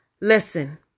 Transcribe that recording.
listen